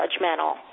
judgmental